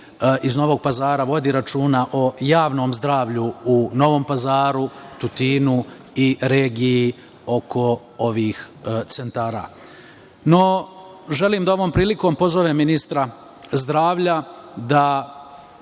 iz Novog Pazara vodi računa o javnom zdravlju u Novom Pazaru, Tutinu i regiji oko ovih centara.No, želim da ovom prilikom pozovem ministra zdravlja da